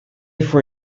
for